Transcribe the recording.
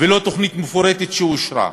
ולא תוכנית מפורטת שאושרה?